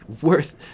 worth